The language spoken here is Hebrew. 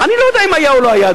אני לא יודע אם היה או לא היה,